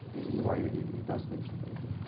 in the way that he does things for people.